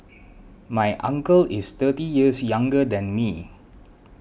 my uncle is thirty years younger than me